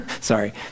Sorry